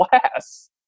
class